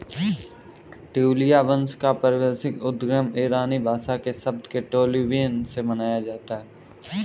ट्यूलिया वंश का पारिभाषिक उद्गम ईरानी भाषा के शब्द टोलिबन से माना जाता है